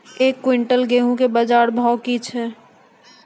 एक क्विंटल गेहूँ के बाजार भाव की छ?